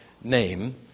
name